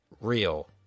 real